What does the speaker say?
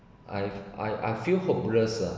I've I I feel hopeless uh